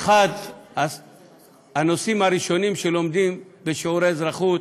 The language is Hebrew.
אחד הנושאים הראשונים שלומדים בשיעורי אזרחות,